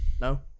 no